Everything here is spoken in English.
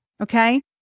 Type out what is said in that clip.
okay